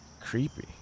creepy